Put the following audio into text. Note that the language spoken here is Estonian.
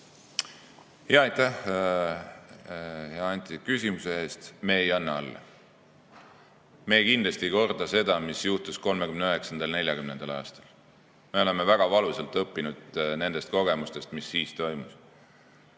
Aitäh, hea Anti, küsimuse eest! Me ei anna alla. Me kindlasti ei korda seda, mis juhtus 1939. ja 1940. aastal. Me oleme väga valusalt õppinud nendest kogemustest, mis siis toimus. Mis